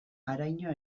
haraino